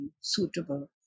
suitable